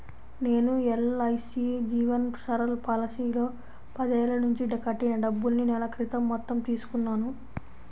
నేను ఎల్.ఐ.సీ జీవన్ సరల్ పాలసీలో పదేళ్ళ నుంచి కట్టిన డబ్బుల్ని నెల క్రితం మొత్తం తీసుకున్నాను